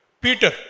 Peter